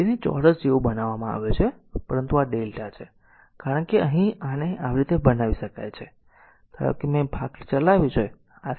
તેને ચોરસ જેવો બનાવવામાં આવ્યો છે પરંતુ આ Δ છે કારણ કે અહીં અહીં આને આ રીતે બનાવી શકાય છે ધારો કે મેં આ ભાગ ચલાવ્યો છે